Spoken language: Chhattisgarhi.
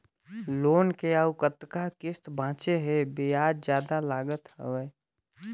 लोन के अउ कतका किस्त बांचें हे? ब्याज जादा लागत हवय,